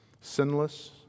sinless